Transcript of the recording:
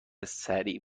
سریع